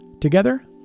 Together